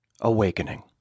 AWAKENING